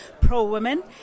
pro-women